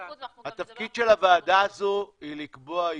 התפקיד של הוועדה הזו הוא לקבוע איזונים,